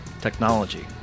technology